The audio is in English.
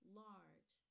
large